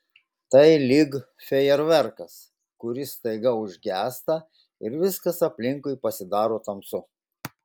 tai lyg fejerverkas kuris staiga užgęsta ir viskas aplinkui pasidaro tamsu